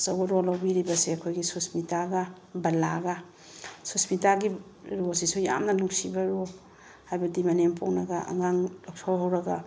ꯑꯆꯧꯕ ꯔꯣꯜ ꯂꯧꯕꯤꯔꯤꯕꯁꯦ ꯑꯩꯈꯣꯏꯒꯤ ꯁꯨꯁꯃꯤꯇꯥꯒ ꯕꯂꯥꯒ ꯁꯨꯁꯃꯤꯇꯥꯒꯤ ꯔꯣꯜꯁꯤꯁꯨ ꯌꯥꯝꯅ ꯅꯨꯡꯁꯤꯕ ꯔꯣꯜ ꯍꯥꯏꯕꯗꯤ ꯃꯅꯦꯝꯄꯣꯛꯅꯒ ꯑꯉꯥꯡ ꯂꯧꯊꯣꯛꯍꯧꯔꯒ